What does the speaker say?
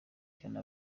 cyane